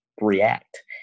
react